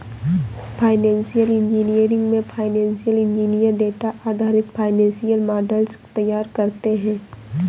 financial engineering में financial engineer data आधारित financial models तैयार करते है